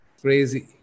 Crazy